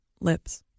lips